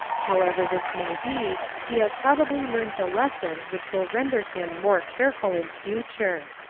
however this may be, he has probably learnt a lesson which will render him more careful in future.